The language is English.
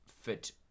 fit